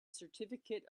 certificate